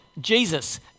Jesus